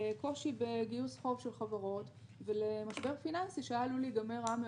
לקושי בגיוס חוב של חברות ולמשבר פיננסי שהיה עלול להיגמר רע מאוד,